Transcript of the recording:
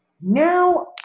Now